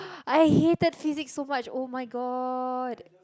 I hated physics so much oh-my-god